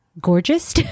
gorgeous